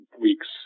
weeks